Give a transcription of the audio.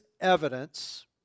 evidence